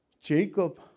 Jacob